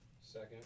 Second